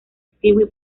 stewie